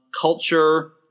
culture